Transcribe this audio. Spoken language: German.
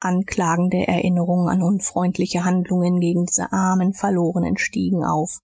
anklagende erinnerung an unfreundliche handlungen gegen diese armen verlorenen stiegen auf